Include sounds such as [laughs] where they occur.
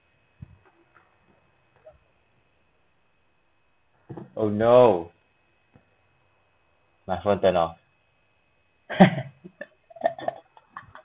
oh no my phone turned off [laughs]